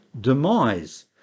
demise